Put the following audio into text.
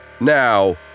now